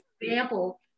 example